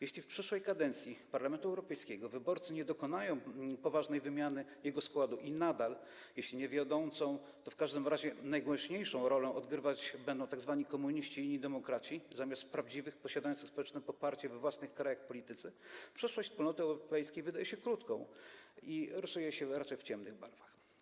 Jeśli w przyszłej kadencji Parlamentu Europejskiego wyborcy nie dokonają poważnej wymiany jego składu i nadal, jeśli nie wiodącą, to w każdym razie najgłośniejszą rolę odgrywać będą tzw. komuniści i inni demokraci zamiast prawdziwych, posiadających społeczne poparcie we własnych krajach polityków, przyszłość wspólnoty europejskiej wydaje się krótka i rysuje się raczej w ciemnych barwach.